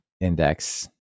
index